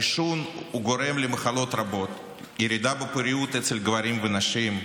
העישון גורם למחלות רבות: ירידה בפוריות אצל גברים ונשים,